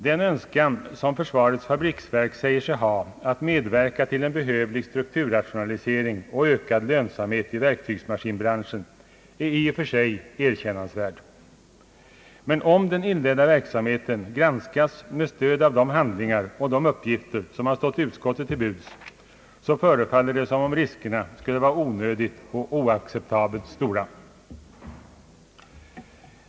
Den önskan som försvarets fabriksverk säger sig ha att medverka till en behövlig — strukturrationalisering och ökad lönsamhet i verktygsmaskinbranschen är i och för sig erkännansvärd. Men om den inledda verksamheten granskas med stöd av de handlingar och de uppgifter som stått utskottet till buds, förefaller det som om riskerna skulle vara onödigt och oacceptabelt stora.